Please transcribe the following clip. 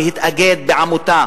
להתאגד בעמותה